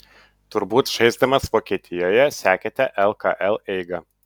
turbūt žaisdamas vokietijoje sekėte lkl eigą